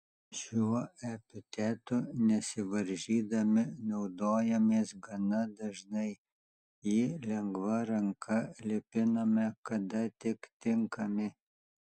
šiuo epitetu nesivaržydami naudojamės gana dažnai jį lengva ranka lipiname kada tik tinkami